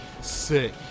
sick